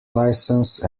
licence